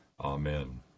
Amen